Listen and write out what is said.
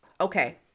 Okay